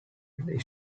united